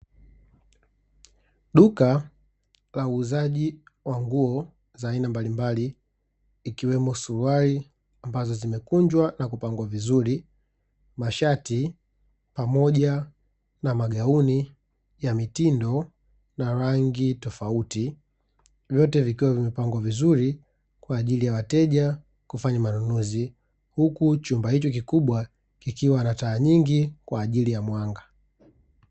Duka la wauzaji wa nguo za aina mbalimbali ikiwemo suruali ambazo zimekunjwa na kupangwa vizuri, mashati pamoja na magauni ya mitindo na rangi tofauti, vyote vikiwa vimepangwa vizuri kwa ajili ya wateja kufanya manunuzi huku chumba hicho kikubwa kikiwa na taa nyingi kwa ajili ya mwanga.